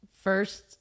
first